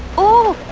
oh